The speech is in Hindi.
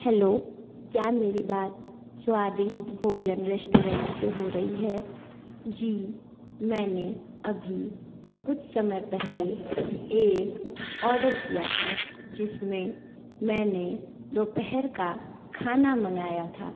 हेलो क्या मेरी बात स्वादिष्ट भोजन रेस्टोरेंट से हो रही है जी मैंने अभी कुछ समय पहले एक ऑर्डर किया था जिसमें मैंने दोपहर का खाना मंगाया था